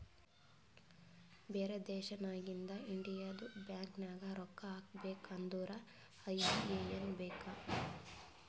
ಬ್ಯಾರೆ ದೇಶನಾಗಿಂದ್ ಇಂಡಿಯದು ಬ್ಯಾಂಕ್ ನಾಗ್ ರೊಕ್ಕಾ ಹಾಕಬೇಕ್ ಅಂದುರ್ ಐ.ಬಿ.ಎ.ಎನ್ ಬೇಕ್